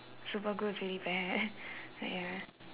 super glue is already bad but ya